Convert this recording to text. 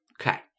Okay